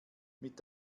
mit